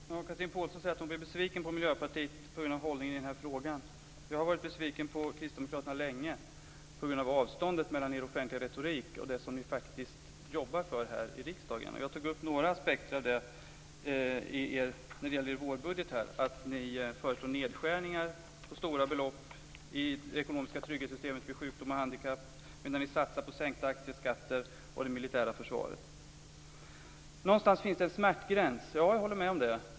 Fru talman! Chatrine Pålsson säger att hon blev besviken på Miljöpartiet på grund av hållningen i den här frågan. Jag har varit besviken på Kristdemokraterna länge på grund av avståndet mellan er offentliga retorik och det som ni faktiskt jobbar för här i riksdagen. Jag tog upp några aspekter av det när det gäller er vårbudget. Ni föreslår nedskärningar på stora belopp i det ekonomiska trygghetssystemet vid sjukdom och handikapp, medan ni satsar på sänkta aktieskatter och det militära försvaret. Någonstans finns det en smärtgräns. Ja, jag håller med om det.